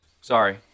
Sorry